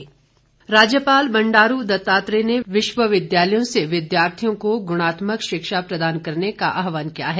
राज्यपाल राज्यपाल बंडारू दत्तात्रेय ने विश्वविद्यालयों से विद्यार्थियों को गुणात्मक शिक्षा प्रदान करने का आह्वान किया है